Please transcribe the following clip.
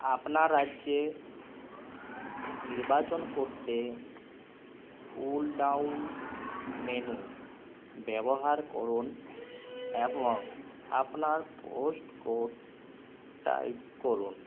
আপনার রাজ্যে নির্বাচন করতে পুলডাউন মেনু ব্যবহার করুন এবং আপনার পোস্ট কোড টাইপ করুন